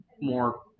more